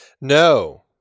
No